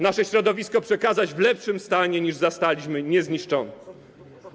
nasze środowisko przekazać w lepszym stanie, niż zastaliśmy, niezniszczone.